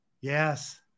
Yes